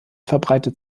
verbreitet